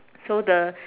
so the